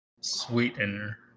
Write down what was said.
sweetener